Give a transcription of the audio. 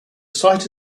site